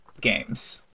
games